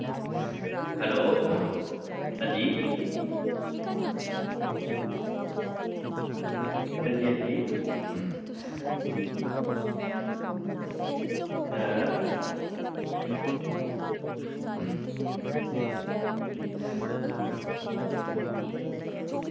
hello हां जी हां जी हां जी हां